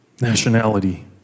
nationality